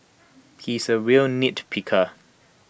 he is A real nitpicker